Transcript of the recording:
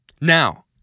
Now